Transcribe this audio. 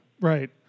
right